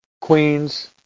Queens